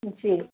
جی